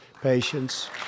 patients